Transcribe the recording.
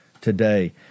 today